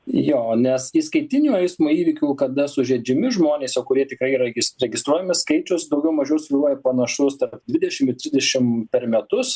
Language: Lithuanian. jo nes įskaitinių eismo įvykių kada sužeidžiami žmonės jau kurie tikrai yra registruojami skaičius daugiau mažiau svyruoja panašus tarp dvidešim ir trisdešim per metus